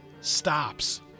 stops